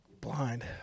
blind